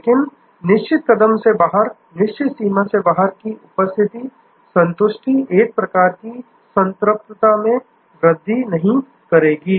लेकिन निश्चित कदम से बाहर निश्चित सीमा से बाहर उपस्थिति संतुष्टि एक प्रकार की संतृप्तता मैं वृद्धि नहीं करेगी